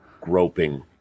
groping